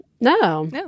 No